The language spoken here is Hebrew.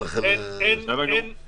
ולכן --- בסדר גמור.